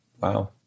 Wow